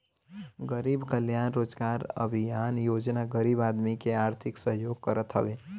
गरीब कल्याण रोजगार अभियान योजना गरीब आदमी के आर्थिक सहयोग करत हवे